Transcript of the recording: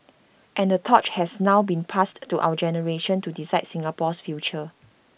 and the torch has now been passed to our generation to decide Singapore's future